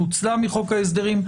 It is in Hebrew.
פוצלה מחוק ההסדרים,